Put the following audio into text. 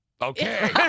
Okay